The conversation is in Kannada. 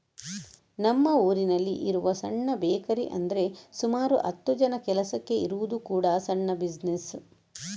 ನಮ್ಮ ಊರಿನಲ್ಲಿ ಇರುವ ಸಣ್ಣ ಬೇಕರಿ ಅಂದ್ರೆ ಸುಮಾರು ಹತ್ತು ಜನ ಕೆಲಸಕ್ಕೆ ಇರುವುದು ಕೂಡಾ ಸಣ್ಣ ಬಿಸಿನೆಸ್